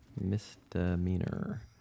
Misdemeanor